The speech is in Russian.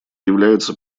является